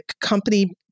company